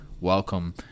welcome